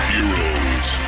Heroes